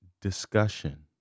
discussion